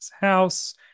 house